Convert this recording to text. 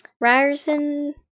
Ryerson